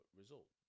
result